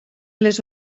les